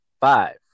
Five